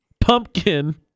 Pumpkin